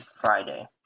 Friday